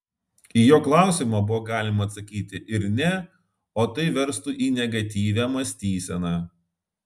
į jo klausimą buvo galima atsakyti ir ne o tai vestų į negatyvią mąstyseną